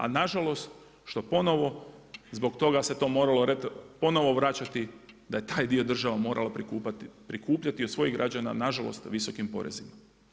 A nažalost, po ponovno zbog toga se to moralo ponovno vraćati, da je i taj dio država morala prikupljati od svojih građana nažalost po visokim porezima.